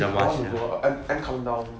I wanna go M_M countdown